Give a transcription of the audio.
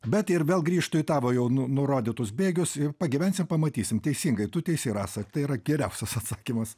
bet ir vėl grįžtu į tavo jau nu nurodytus bėgius pagyvensim pamatysim teisingai tu teisi rasa tai yra geriausias atsakymas